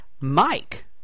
Mike